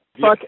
fuck